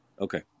Okay